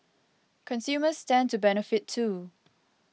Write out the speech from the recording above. consumers stand to benefit too